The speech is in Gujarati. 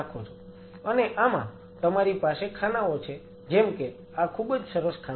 અને આમાં તમારી પાસે ખાનાઓ છે જેમ કે આ ખૂબ જ સરસ ખાનું છે